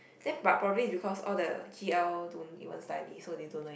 then but probably is because all the G_L don't even study so they don't know it